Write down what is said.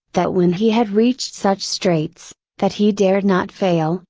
that when he had reached such straits, that he dared not fail,